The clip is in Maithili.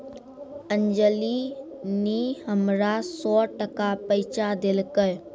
अंजली नी हमरा सौ टका पैंचा देलकै